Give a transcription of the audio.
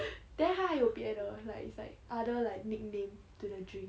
then 它还有别的 like it's like other like nickname to the drink